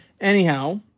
Anyhow